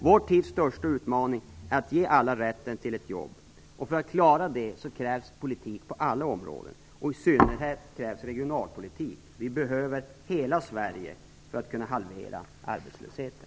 Vår tids största utmaning är att ge alla rätten till ett jobb. För att klara det krävs åtgärder på alla politikområden, och i synnerhet krävs regionalpolitik. Vi behöver hela Sverige för att kunna halvera arbetslösheten.